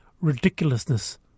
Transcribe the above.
ridiculousness